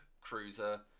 cruiser